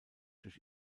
durch